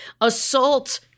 assault